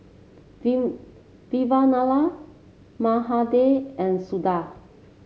Vavilala Mahade and Suda